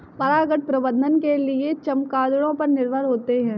परागण प्रबंधन के लिए चमगादड़ों पर निर्भर होते है